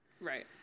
Right